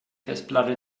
festplatte